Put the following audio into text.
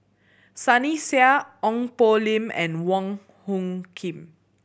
Sunny Sia Ong Poh Lim and Wong Hung Khim